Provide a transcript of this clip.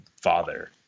father